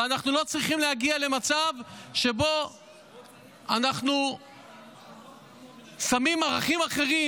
ואנחנו לא צריכים להגיע למצב שבו אנחנו שמים ערכים אחרים,